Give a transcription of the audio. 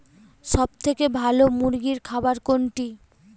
সবথেকে ভালো মুরগির খাবার কোনটি?